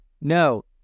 No